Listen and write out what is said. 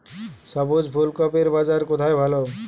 সবুজ ফুলকপির বাজার কোথায় ভালো?